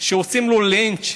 שעושים בו לינץ',